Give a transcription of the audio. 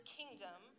kingdom